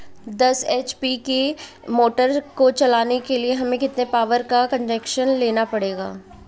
दस एच.पी की मोटर को चलाने के लिए हमें कितने पावर का कनेक्शन लेना पड़ेगा?